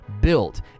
built